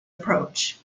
approach